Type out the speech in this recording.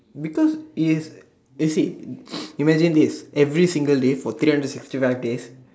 because it's you see imagine this every single day for three hundred sixty five days